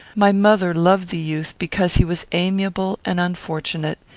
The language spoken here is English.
my mother loved the youth because he was amiable and unfortunate,